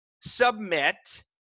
submit